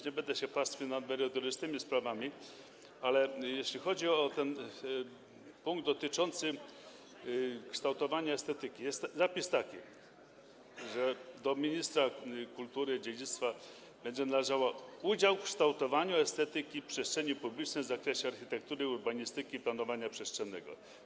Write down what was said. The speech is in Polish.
Nie będę się już pastwił nad merytorycznymi sprawami, ale jeśli chodzi o punkt dotyczący kształtowania estetyki, to jest tam taki zapis, że do ministra kultury i dziedzictwa będzie należał udział w kształtowaniu estetyki przestrzeni publicznej w zakresie architektury, urbanistyki i planowania przestrzennego.